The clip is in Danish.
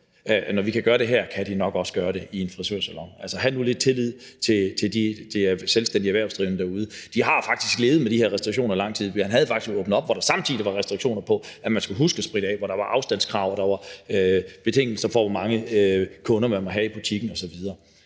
Når vi kan gøre det her, kan de nok også gøre det i en frisørsalon. Altså, hav nu lidt tillid til de selvstændigt erhvervsdrivende derude. De har faktisk levet med de her restriktioner i lang tid. Man havde faktisk åbnet op, hvor der samtidig var restriktioner. Man skulle huske at spritte af, der var afstandskrav, og der var betingelser for, hvor mange kunder man måtte have i butikken osv.